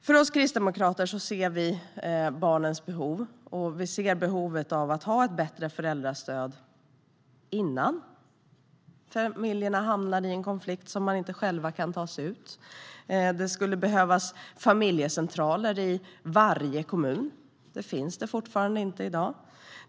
Vi kristdemokrater ser barnens behov. Vi ser behovet av att ha ett bättre föräldrastöd innan familjerna hamnar i en konflikt som de inte själva kan ta sig ur. Det skulle behövas familjecentraler i varje kommun. Det finns det fortfarande inte i dag.